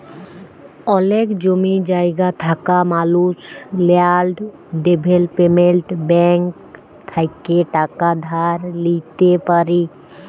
অলেক জমি জায়গা থাকা মালুস ল্যাল্ড ডেভেলপ্মেল্ট ব্যাংক থ্যাইকে টাকা ধার লিইতে পারি